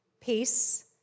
peace